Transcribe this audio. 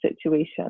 situation